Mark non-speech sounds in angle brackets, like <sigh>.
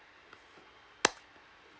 <noise>